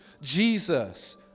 Jesus